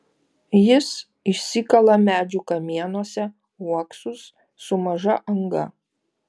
jis išsikala medžių kamienuose uoksus su maža anga